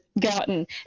gotten